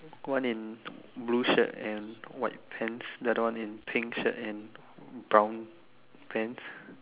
one in blue shirt and white pants the other is pink shirt and brown pants